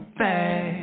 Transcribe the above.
back